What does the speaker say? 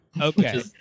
Okay